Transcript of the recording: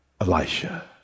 Elisha